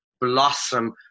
Blossom